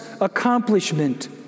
accomplishment